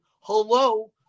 hello